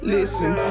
Listen